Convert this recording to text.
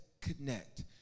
connect